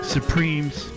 Supreme's